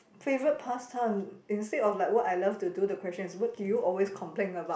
favourite past time instead of like what I love to do the question is what do you always complain about